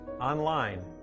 online